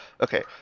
Okay